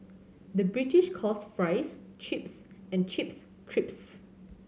the British calls fries chips and chips